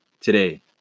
today